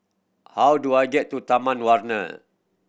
how do I get to Taman Warna